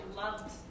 loved